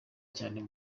cyane